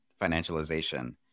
financialization